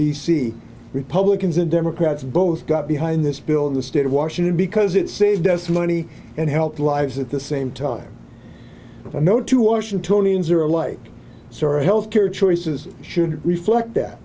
d c republicans and democrats both got behind this bill in the state of washington because it saved us money and health lives at the same time i know two washingtonians are alike health care choices should reflect that